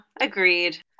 Agreed